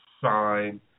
sign